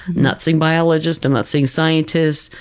not seeing biologist, and not seeing scientist,